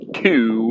two